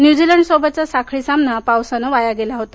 न्यूझीलंडसोबतचा साखळी सामना पावसानं वाया गेला होता